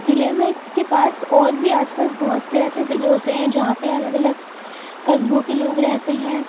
ضلعے میں کے پاس اور بھی آس پاس بہت سے ایسے ضلعے ہوتے ہیں جہاں پہ الگ الگ قصبوں کے لوگ رہتے ہیں